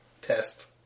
Test